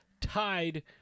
tied